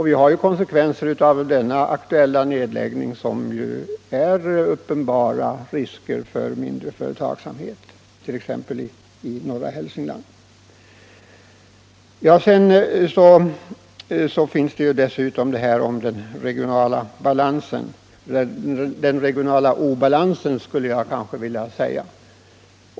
Vi har konsekvenser av den aktuella nedläggningen som innebär uppenbara risker för mindre företagsamhet, t.ex. i norra Hälsingland. Dessutom har vi detta med den regionala balansen — eller den regionala obalansen, skulle jag kanske vilja säga.